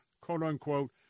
quote-unquote